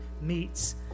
meets